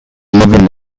even